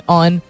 on